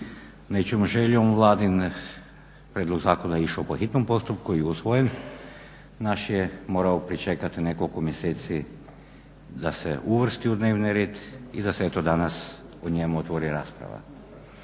nečijom željom Vladine. Prijedlog zakona je išao po hitnom postupku i usvojen, naš je morao pričekati nekoliko mjeseci da se uvrsti u dnevni red i da se eto danas o njemu otvori rasprava.